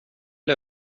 där